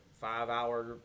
five-hour